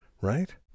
right